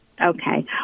Okay